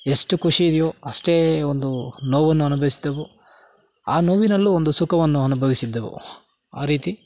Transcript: ಎಷ್ಟು ಖುಷಿ ಇದೆಯೊ ಅಷ್ಟೇ ಒಂದು ನೋವನ್ನು ಅನುಭವಿಸಿದ್ದೆವು ಆ ನೋವಿನಲ್ಲೂ ಒಂದು ಸುಖವನ್ನು ಅನುಭವಿಸಿದ್ದೆವು ಆ ರೀತಿ